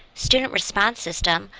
student response system,